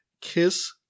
Kiss